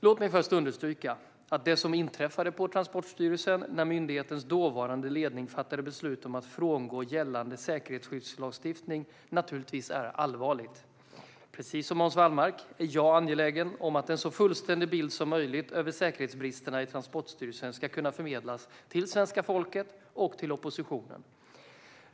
Låt mig först understryka att det som inträffade på Transportstyrelsen, när myndighetens dåvarande ledning fattade beslut om att frångå gällande säkerhetsskyddslagstiftning, naturligtvis är allvarligt. Precis som Hans Wallmark är jag angelägen om att en så fullständig bild som möjligt över säkerhetsbristerna i Transportstyrelsen ska kunna förmedlas till svenska folket och till oppositionen.